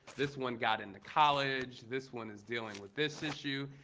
this one got into college, this one is dealing with this issue.